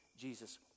jesus